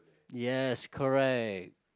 yes correct